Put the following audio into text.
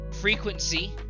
frequency